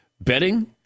betting